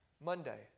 Monday